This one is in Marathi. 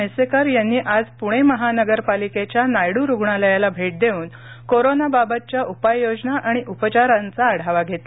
म्हैसेकर यांनी आज प्णे महानगरपालिकेच्या नायड्र रुग्णालयाला भेट देऊन कोरोनाबाबतच्या उपाययोजना आणि उपचारांचा आढावा घेतला